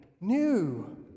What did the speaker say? new